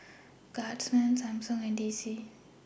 Guardsman Samsung and D C